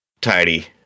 tidy